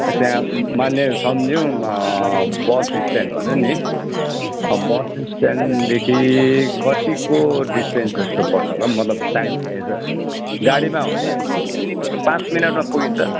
त्यहाँ मानिलिउँ सम्झौँ बस स्ट्यान्ड भने नि बस स्ट्यान्डदेखि कतिको डिस्टेन्स जस्तो पर्छ होला हौ मतलब टाइम हेरर गाडीमा हो भने कस्तो पाँच मिनटमा पुगिन्छ